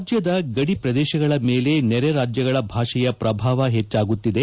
ರಾಜ್ದದ ಗಡಿ ಪ್ರದೇಶಗಳ ಮೇಲೆ ನೆರೆ ರಾಜ್ದಗಳ ಭಾಷೆ ಪ್ರಭಾವ ಹೆಚ್ಚಾಗುತ್ತಿದೆ